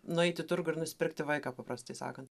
nueit į turgų ir nusipirkti vaiką paprastai sakant